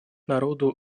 народу